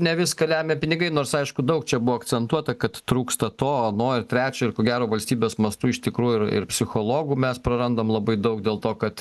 ne viską lemia pinigai nors aišku daug čia buvo akcentuota kad trūksta to nori trečio ir ko gero valstybės mastu iš tikrųjų ir ir psichologų mes prarandam labai daug dėl to kad